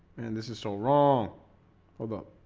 and this is so wrong. hold up